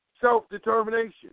self-determination